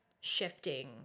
shifting